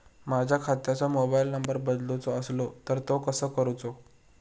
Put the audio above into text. माझ्या खात्याचो mobile number बदलुचो असलो तर तो कसो करूचो?